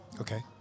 Okay